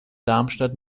darmstadt